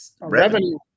revenue